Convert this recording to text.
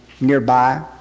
nearby